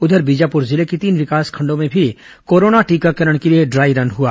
उधर बीजापुर जिले के तीन विकासखंडों में भी कोरोना टीकाकरण के लिए ड्राई रन हुआ